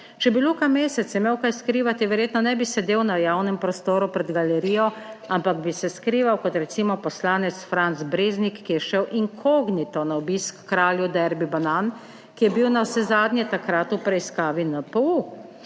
Če bi Luka Mesec imel kaj skrivati, verjetno ne bi sedel na javnem prostoru pred galerijo, ampak bi se skrival kot, recimo, poslanec Franc Breznik, ki je šel inkognito na obisk h kralju Derby banan, ki je bil navsezadnje takrat v preiskavi NPU.